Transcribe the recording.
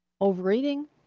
Overeating